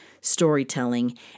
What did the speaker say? storytelling